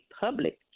public